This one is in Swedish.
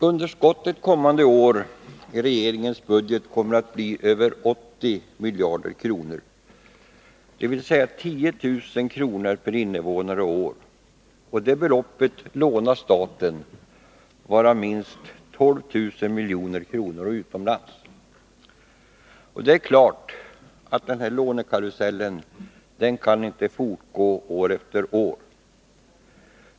Herr talman! Underskottet i regeringens budget för nästa år kommer att vara över 80 miljarder kronor, dvs. en skuld på mer än 10 000 kr. per invånare. Detta belopp lånar staten, varav minst 12 miljarder kronor utomlands. Det är klart att denna lånekarusell inte kan få fortsätta år efter år.